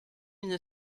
une